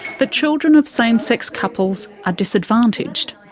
that children of same-sex couples are disadvantaged.